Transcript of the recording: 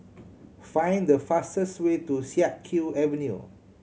find the fastest way to Siak Kew Avenue